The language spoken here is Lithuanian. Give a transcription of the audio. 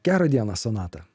gerą dieną sonata